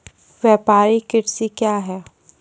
व्यापारिक कृषि क्या हैं?